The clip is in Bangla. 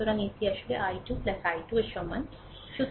সুতরাং এটি আসলে i 2 i 2 এর সমান ঠিক আছে